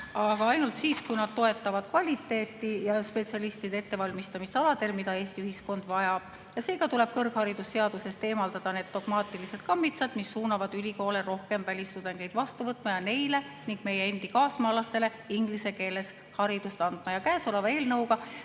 aga ainult siis, kui need toetavad kvaliteeti ja spetsialistide ettevalmistamist aladel, mida Eesti ühiskond vajab. Seega tuleb kõrgharidusseadusest eemaldada need dogmaatilised kammitsad, mis suunavad ülikoole rohkem välistudengeid vastu võtma ning neile ja meie endi kaasmaalastele inglise keeles haridust andma. Käesoleva eelnõuga